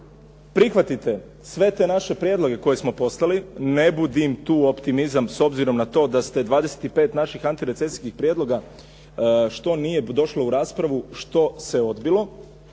prihvatite sve te naše prijedloge koje smo poslali. Ne budim tu optimizam s obzirom na to da ste 25 naših antirecesijskih prijedloga što nije došlo u raspravu, što se odbilo,